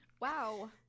Wow